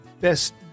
best